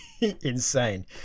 Insane